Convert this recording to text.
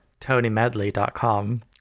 TonyMedley.com